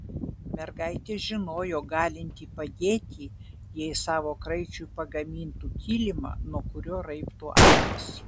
mergaitė žinojo galinti padėti jei savo kraičiui pagamintų kilimą nuo kurio raibtų akys